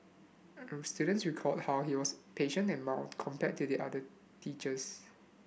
students recalled how he was patient and mild compared to the other teachers